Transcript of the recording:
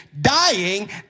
dying